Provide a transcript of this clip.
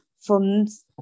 funds